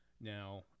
Now